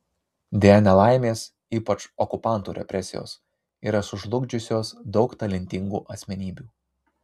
deja nelaimės ypač okupantų represijos yra sužlugdžiusios daug talentingų asmenybių